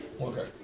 Okay